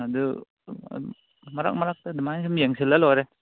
ꯑꯗꯨ ꯃꯔꯛ ꯃꯔꯛꯇ ꯑꯗꯨꯃꯥꯏ ꯁꯨꯝ ꯌꯦꯡꯁꯤꯜꯂ ꯂꯣꯏꯔꯦ